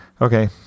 Okay